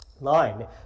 line